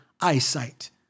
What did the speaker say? eyesight